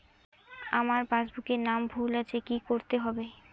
আমার পাসবুকে নাম ভুল আছে কি করতে হবে?